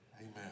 Amen